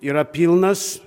yra pilnas